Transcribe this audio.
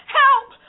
help